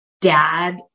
dad